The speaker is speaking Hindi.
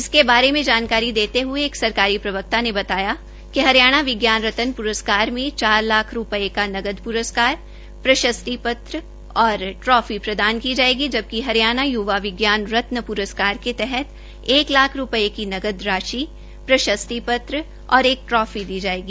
इसके बारे में जानकारी देते हये एक सरकारी प्रवक्ता ने बताया कि हरियाणा विज्ञान रतन प्रस्कार में चार लाख रूपये का नकद प्रस्कार प्रशस्ति पत्र और प्रदान की जायेगी जबकि हरियाणा य्वा विज्ञान रत्न प्रस्कार के ट्राफी तहत एक लाख रूपये की नकद राशि प्रशस्ति पत्र और एक ट्राफी दी जायेगी